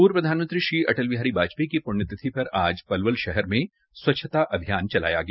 पूर्व प्रधानमंत्री श्री अटल बिहारी वाजपेयी की प्ण्यतिथि पर आज पलवल शहर में स्वच्छता अभियान चलाया गया